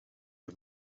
een